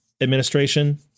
administration